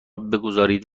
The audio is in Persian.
بگذارید